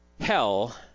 Hell